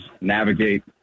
navigate